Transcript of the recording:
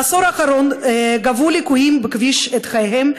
בעשור האחרון גבו הליקויים בכביש את חייהם,